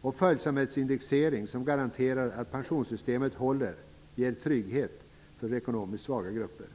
och följsamhetsindexering som garanterar att pensionssystemet håller ger trygghet för ekonomiskt svaga grupper.